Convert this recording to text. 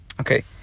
Okay